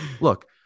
look